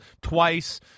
twice